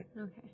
Okay